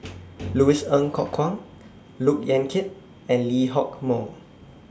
Louis Ng Kok Kwang Look Yan Kit and Lee Hock Moh